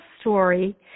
story